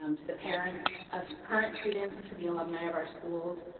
um to the parents of current students, to the alumni of our schools,